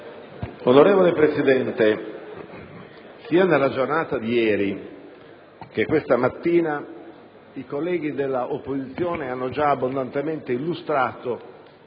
Signor Presidente, sia nella giornata di ieri che questa mattina i colleghi dell'opposizione hanno abbondantemente illustrato